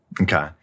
Okay